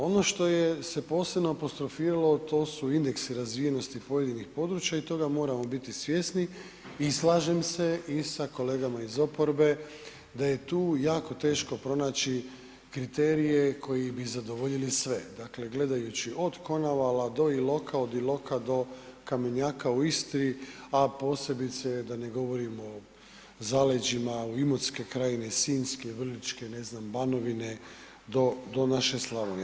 Ono što je se posebno apostrofiralo, a to su indeksi razvijenosti pojedinih područja i toga moramo biti svjesni i slažem se i sa kolegama iz oporbe da je tu jako teško pronaći kriterije koji bi zadovoljili sve, dakle, gledajući od Konavala do Iloka, od Iloka do Kamenjaka u Istri, a posebice da ne govorimo zaleđima Imotske krajine i Sinjske, Vrličke, ne znam, Banovine do, do naše Slavonije.